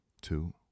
Two